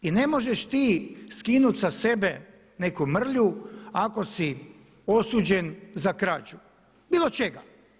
I ne možeš ti skinuti sa sebe neku mrlju, ako si osuđen za krađu, bilo čega.